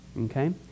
Okay